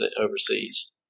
overseas